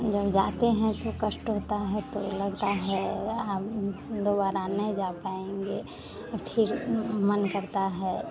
जब जाते हैं तो कष्ट होता है तो लगता है यह हम दोबारा नहीं जा पाएँगे अ फिर मन करता है